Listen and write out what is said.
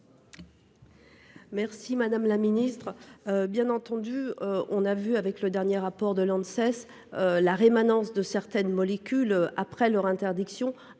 Merci madame la ministre. Bien entendu, on a vu avec le dernier rapport de l'an 2 cesse. La rémanence de certaines molécules après leur interdiction